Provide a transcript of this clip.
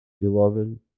Beloved